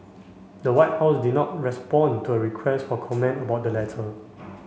the White House did not respond to a request for comment about the letter